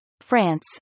France